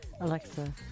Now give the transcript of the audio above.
Alexa